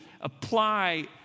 apply